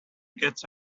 gets